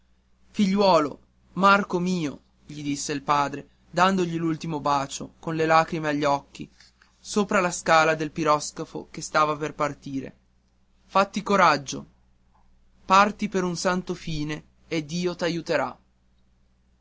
figliuolo marco mio gli disse il padre dandogli l'ultimo bacio con le lacrime agli occhi sopra la scala del piroscafo che stava per partire fatti coraggio parti per un santo fine e dio t'aiuterà